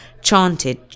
chanted